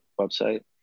website